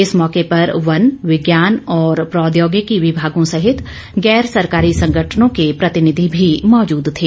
इस मौके पर वन विज्ञान और प्रौद्योगिकी विभागों सहित गैर सरकारी संगठनों के प्रतिनिधि भी मौजूद थे